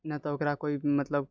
नहि तऽ ओकरा कोइ मतलब